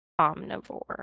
omnivore